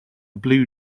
blue